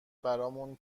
برامون